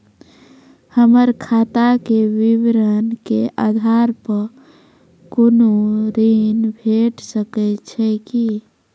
हमर खाता के विवरण के आधार प कुनू ऋण भेट सकै छै की?